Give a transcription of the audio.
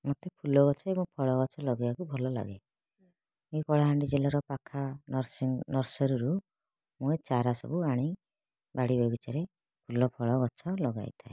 ମୋତେ ଫୁଲଗଛ ଏବଂ ଫଳଗଛ ଲଗେଇବାକୁ ଭଲ ଲାଗେ କଳାହାଣ୍ଡି ଜିଲ୍ଲାର ପାଖ ନର୍ସିଂ ନର୍ସରୀରୁ ମୁଁ ଚାରା ସବୁ ଆଣି ବାଡ଼ି ବଗିଚାରେ ଫୁଲଫଳ ଗଛ ଲଗାଇଥାଏ